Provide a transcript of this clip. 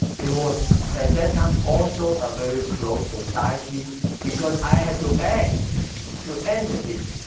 it was at that time also a very closed society because i had to beg to enter this